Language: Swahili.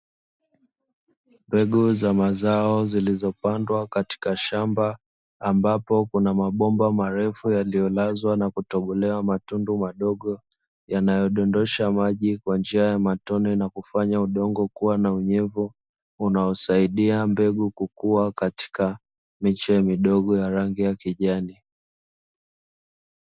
Mbegu za mazao zilizopandwa katika shamba, ambapo kuna mabomba marefu yaliyolazwa na kutobolewa matundu madogo, yanayodondosha maji kwa njia ya matone na kufanya udongo kuwa na unyevu, unaosaidia mbegu kukua katika miche midogo ya rangi ya kijani.